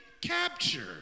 capture